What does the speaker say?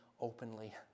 openly